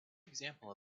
example